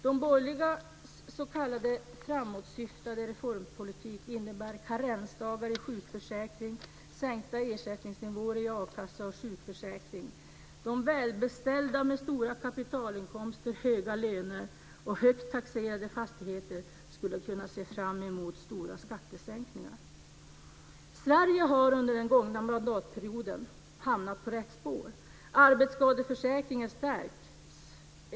De borgerligas s.k. framåtsyftande reformpolitik innebär karensdagar i sjukförsäkring och sänkta ersättningsnivåer i a-kassan och sjukförsäkringen. De välbeställda med stora kapitalinkomster, höga löner och högt taxerade fastigheter skulle kunna se fram emot stora skattesänkningar. Sverige har under den gångna mandatperioden hamnat på rätt spår. Arbetsskadeförsäkringen stärks.